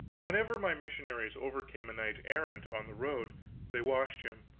whenever my missionaries overcame a knight errant on the road they washed him,